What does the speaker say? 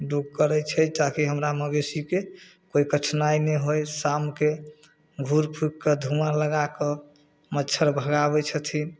लोक करै छै ताकि हमरा मवेशीके कोइ कठिनाइ नहि होइ शामके घूर फुकिके धुआँ लगाके मच्छर भगाबै छथिन